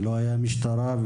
לא משטרה,